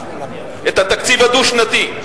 את התקציב הדו-שנתי.